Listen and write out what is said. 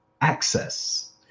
access